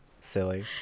silly